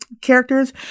characters